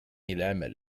العمل